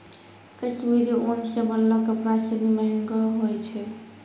कश्मीरी उन सें बनलो कपड़ा सिनी महंगो होय छै